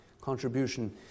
contribution